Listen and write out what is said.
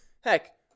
heck